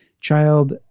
child